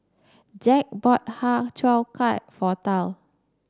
Jack bought Har Cheong Gai for Tal